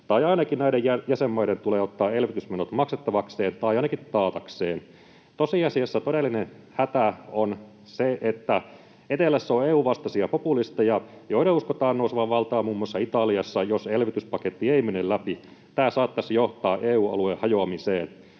tai ainakin näiden jäsenmaiden tulee ottaa elvytysmenot maksettavakseen tai ainakin taatakseen. Tosiasiassa todellinen hätä on se, että etelässä on EU-vastaisia populisteja, joiden uskotaan nousevan valtaan muun muassa Italiassa, jos elvytyspaketti ei mene läpi. Tämä saattaisi johtaa EU-alueen hajoamiseen.